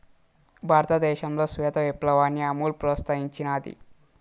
భారతదేశంలో శ్వేత విప్లవాన్ని అమూల్ ప్రోత్సహించినాది